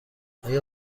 آیا